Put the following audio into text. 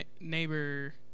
neighbor